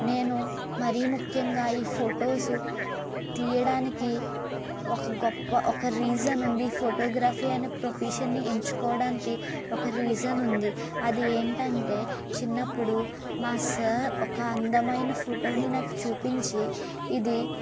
నేను మరీ ముఖ్యంగా ఈ ఫొటోసు తీయడానికి ఒక గొప్ప ఒక రీజన్ ఉంది ఈ ఫోటోగ్రఫీ అనే ప్రొఫెషన్ని ఎంచుకోవడానికి ఒక రీజన్ ఉంది అది ఏమీటంటే చిన్నప్పుడు మా సార్ ఒక అందమైన ఫొటోని నాకు చూపించి ఇది